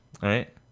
right